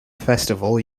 festival